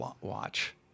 watch